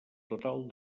total